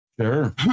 Sure